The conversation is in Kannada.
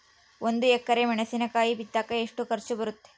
ಒಂದು ಎಕರೆ ಮೆಣಸಿನಕಾಯಿ ಬಿತ್ತಾಕ ಎಷ್ಟು ಖರ್ಚು ಬರುತ್ತೆ?